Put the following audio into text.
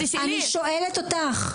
אני שואלת אותך.